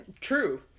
True